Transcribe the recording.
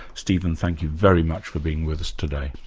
stephen, thank you very much for being with us today.